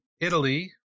Italy